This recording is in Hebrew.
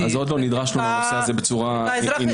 עוד לא נדרשנו לנושא הזה בצורה עניינית.